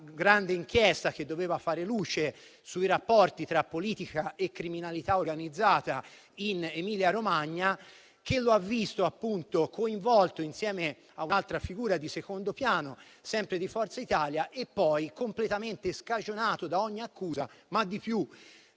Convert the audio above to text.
grande inchiesta che doveva far luce sui rapporti tra politica e criminalità organizzata in Emilia-Romagna; che lo ha visto appunto coinvolto, insieme a un'altra figura di secondo piano, sempre di Forza Italia, e poi completamente scagionato da ogni accusa. Di più: